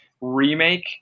remake